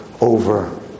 over